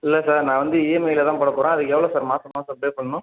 இல்லை சார் நான் வந்து இஎம்ஐயில் தான் போடப் போகிறேன் அதுக்கு எவ்வளோ சார் மாதா மாதம் பே பண்ணணும்